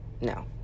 no